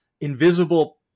invisible